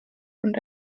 und